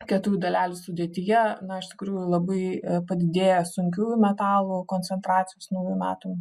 kietųjų dalelių sudėtyje na iš tikrųjų labai padidėję sunkiųjų metalų koncentracijos naujų metų